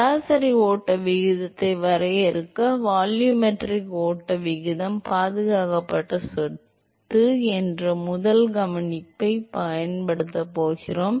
சராசரி ஓட்ட விகிதத்தை வரையறுக்க வால்யூமெட்ரிக் ஓட்ட விகிதம் பாதுகாக்கப்பட்ட சொத்து என்ற முதல் கவனிப்பைப் பயன்படுத்தப் போகிறோம்